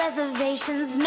Reservations